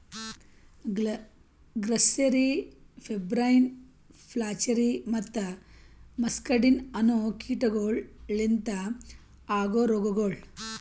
grasserie, pebrine, flacherie ಮತ್ತ muscardine ಅನೋ ಕೀಟಗೊಳ್ ಲಿಂತ ಆಗೋ ರೋಗಗೊಳ್